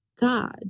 God